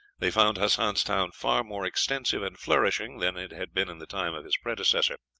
they found hassan's town far more extensive and flourishing than it had been in the time of its predecessor.